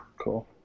Cool